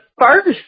first